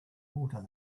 water